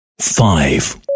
Five